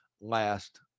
last